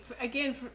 again